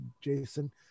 Jason